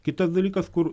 kitas dalykas kur